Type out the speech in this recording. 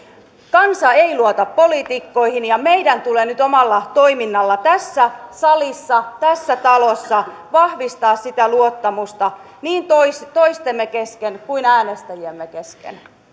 kansa ei luota poliitikkoihin ja meidän tulee nyt omalla toiminnallamme tässä salissa tässä talossa vahvistaa sitä luottamusta niin toistemme kesken kuin äänestäjiemme kesken